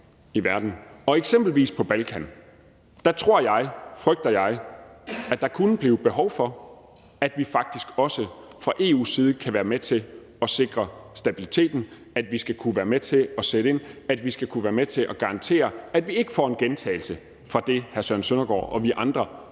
verden, eksempelvis på Balkan. Der tror eller frygter jeg, at der kan blive behov for, at vi faktisk også fra EU's side kan være med til at sikre stabiliteten, at vi skal kunne være med til at sætte ind, at vi skal kunne være med til at garantere, at vi ikke får en gentagelse af det, hr. Søren Søndergaard og vi andre